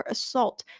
Assault